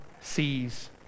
sees